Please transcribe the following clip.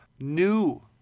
new